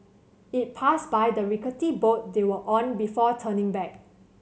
it passed by the rickety boat they were on before turning back